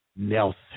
nelson